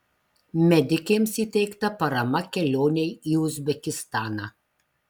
medikėms įteikta parama kelionei į uzbekistaną